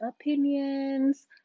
Opinions